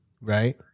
right